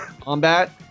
combat